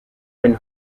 been